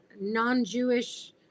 non-jewish